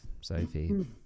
Sophie